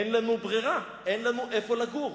אין לנו ברירה, אין לנו איפה לגור.